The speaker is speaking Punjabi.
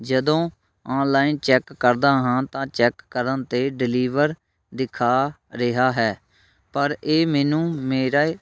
ਜਦੋਂ ਔਨਲਾਈਨ ਚੈੱਕ ਕਰਦਾ ਹਾਂ ਤਾਂ ਚੈੱਕ ਕਰਨ 'ਤੇ ਡਿਲੀਵਰ ਦਿਖਾ ਰਿਹਾ ਹੈ ਪਰ ਇਹ ਮੈਨੂੰ ਮੇਰੇ